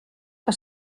que